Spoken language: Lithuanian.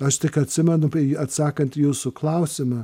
aš tik atsimenu bei atsakant į jūsų klausimą